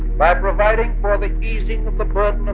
by providing for the easing of the burden of